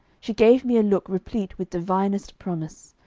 she gave me a look replete with divinest promise.